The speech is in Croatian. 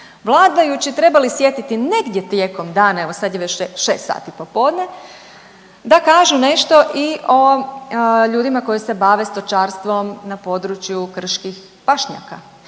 vladajući trebali sjetiti negdje tijekom dana, evo sad je već šest sati popodne, da kažu nešto i o ljudima koji se bave stočarstvom na području krških pašnjaka